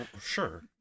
Sure